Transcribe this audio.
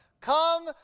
Come